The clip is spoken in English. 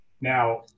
Now